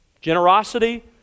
generosity